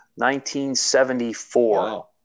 1974